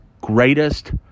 greatest